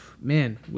Man